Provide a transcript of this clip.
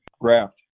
graft